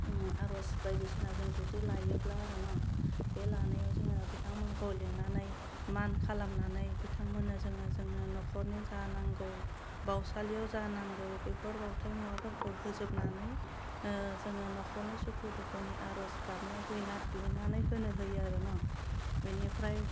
आर'ज बायदिसिना जों जुदि लायोब्ला आरो न' बे लानायाव जोङो बिथांमोनखौ लिंनानै मान खालामनानै बिथांमोननो जोङो जोंनो नखरनि जा नांगौ बावसालियाव जा नांगौ बेफोर बाउथाइ मुवाफोरखौ होजोबनानै जोङो नखरनि सुखु दुखुनि आरज गाबना बिना बिनानै होनो होयो आरो न' बेनिफ्राय